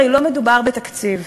הרי לא מדובר בתקציב,